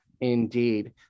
Indeed